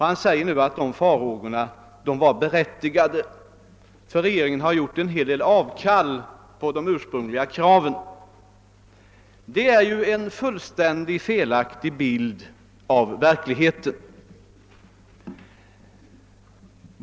Han sade nu att dessa farhågor var berättigade, eftersom regeringen i mycket gjort avkall på de ursprungliga kraven, men detta är ju en fullständigt felaktig bild av verkligheten.